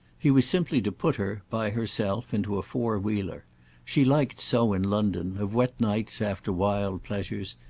he was simply to put her, by herself, into a four-wheeler she liked so in london, of wet nights after wild pleasures,